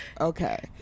Okay